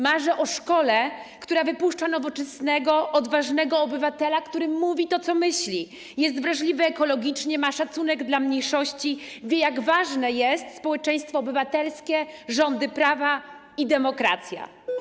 Marzę o szkole, która wypuszcza nowoczesnego, odważnego obywatela, który mówi to, co myśli, jest wrażliwy ekologicznie, ma szacunek dla mniejszości, wie, jak ważne są społeczeństwo obywatelskie, rządy prawa i demokracja.